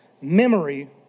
memory